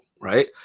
right